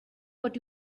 what